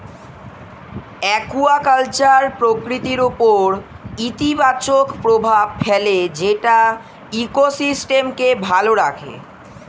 aquaculture প্রকৃতির উপর ইতিবাচক প্রভাব ফেলে যেটা ইকোসিস্টেমকে ভালো রাখে